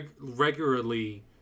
Regularly